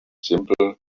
simple